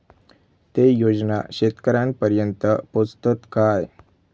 ते योजना शेतकऱ्यानपर्यंत पोचतत काय?